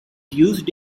used